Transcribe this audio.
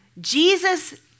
Jesus